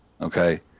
Okay